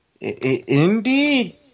Indeed